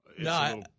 No